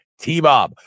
TBOB